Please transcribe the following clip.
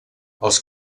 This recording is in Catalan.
els